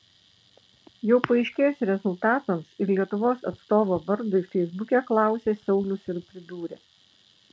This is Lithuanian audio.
jau paaiškėjus rezultatams ir lietuvos atstovo vardui feisbuke klausė saulius ir pridūrė